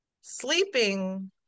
sleeping